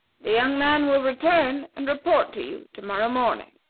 the young man will return and report to you to-morrow morning.